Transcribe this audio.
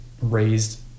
raised